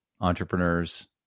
entrepreneurs